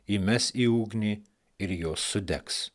įmes į ugnį ir jos sudegs